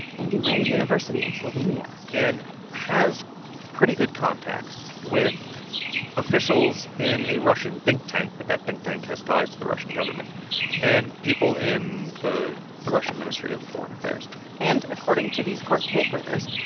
and he ran a university in slovenia and has pretty good contacts with officials in a russian think tank, but that think tank has ties to the russian government and people in the the russian ministry of foreign affairs and according to these court papers,